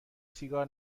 سیگار